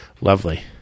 Lovely